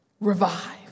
revive